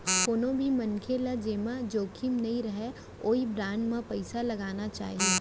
कोनो भी मनसे ल जेमा जोखिम नइ रहय ओइ बांड म पइसा लगाना चाही